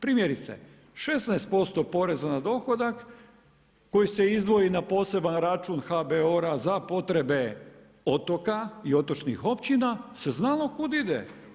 Primjerice, 16% poreza na dohodak, koji se izdvoji na poseban račun HBOR-a, za potrebe, otoka i otočnih općina se znalo kud ide.